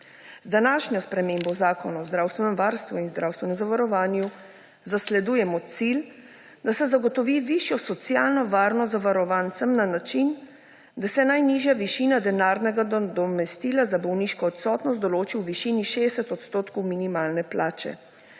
Z današnjo spremembo Zakona o zdravstvenem varstvu in zdravstvenem zavarovanju zasledujemo cilj, da se zagotovi višjo socialno varnost zavarovancem na način, da se najnižja višina denarnega nadomestila za bolniško odsotnost določi v višini 60 % minimalne plače.